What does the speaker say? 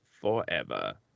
forever